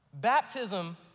Baptism